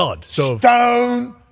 Stone